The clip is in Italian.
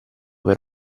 per